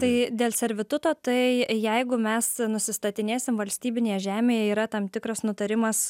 tai dėl servituto tai jeigu mes nusistatinėsim valstybinėje žemėje yra tam tikras nutarimas